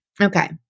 Okay